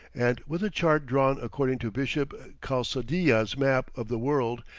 and with a chart drawn according to bishop calsadilla's map of the world,